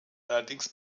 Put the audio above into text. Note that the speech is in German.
allerdings